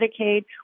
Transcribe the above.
Medicaid